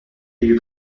lui